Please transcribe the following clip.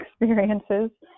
experiences